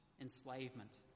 enslavement